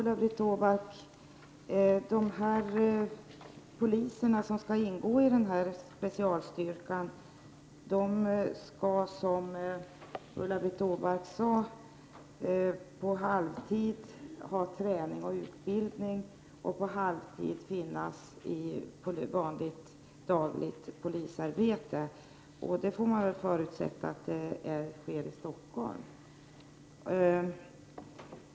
Herr talman! De poliser som skall ingå i specialstyrkan, Ulla-Britt Åbark, skall som sagt på halvtid ägna sig åt träning och utbildning och på halvtid delta i det dagliga polisarbetet. Man får väl förutsätta att detta sker i Stockholm.